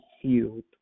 healed